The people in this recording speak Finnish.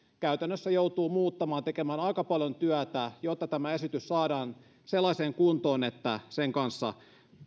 käytännössä joutuu muuttamaan tekemään aika paljon työtä jotta tämä esitys saadaan sellaiseen kuntoon että sen kanssa